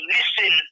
Listen